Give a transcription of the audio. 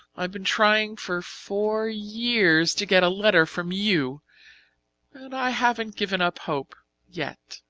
i've been trying for four years to get a letter from you and i haven't given up hope yet.